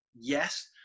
Yes